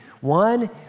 One